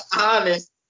honest